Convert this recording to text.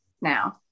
now